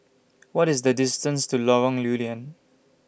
What IS The distance to Lorong Lew Lian